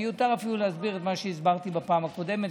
מיותר אפילו להסביר מה שהסברתי בפעם הקודמת,